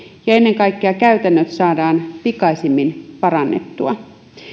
ja ennen kaikkea käytännöt saadaan pikaisimmin parannettua